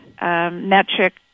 metric